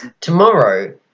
Tomorrow